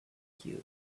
cubes